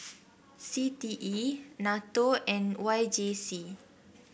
C T E NATO and Y J C